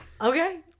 Okay